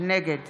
נגד